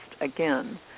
again